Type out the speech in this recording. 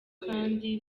kandi